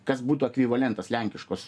kas būtų ekvivalentas lenkiškos